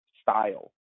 style